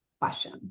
question